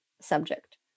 subject